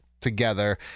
together